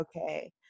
okay